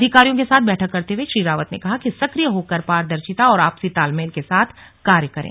अधिकारियों के साथ बैठक करते हुए श्री रावत ने कहा कि सक्रिय होकर पारदर्शिता और आपसी तालमेल के साथ कार्य करें